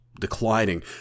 declining